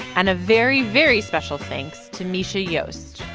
and a very, very special thanks to mischa yeah ah jost,